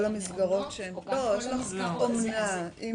אומנה, אימוץ.